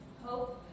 Hope